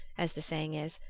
as the saying is,